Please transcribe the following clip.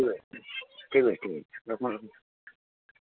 ଠିକ୍ ଅଛି ଠିକ୍ ଅଛି ରଖନ୍ତୁ